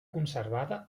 conservada